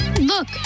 Look